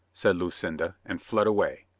said lucinda and fled away.